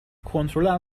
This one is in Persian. کنترلم